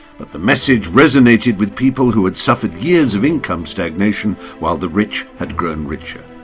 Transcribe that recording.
but the message resonated with people who had suffered years of income stagnation while the rich had grown richer.